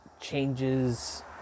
changes